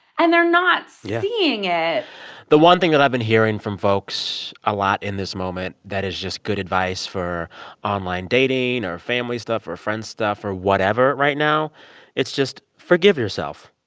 and they're not seeing it the one thing that i've been hearing from folks a lot in this moment that is just good advice for online dating or family stuff or friends stuff or whatever right now it's just forgive yourself.